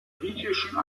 griechischen